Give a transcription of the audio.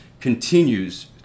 continues